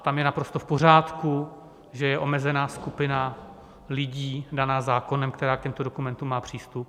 Tam je naprosto v pořádku, že je omezená skupina lidí daná zákonem, která k těmto dokumentům má přístup.